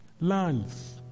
lands